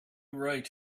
right